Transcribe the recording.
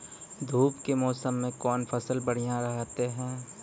धूप के मौसम मे कौन फसल बढ़िया रहतै हैं?